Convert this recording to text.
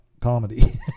comedy